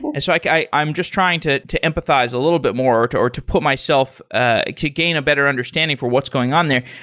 and so like i'm just trying to to empathize a little bit more or to or to put myself ah to gain a better understanding for what's going on there.